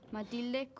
Matilde